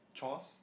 chores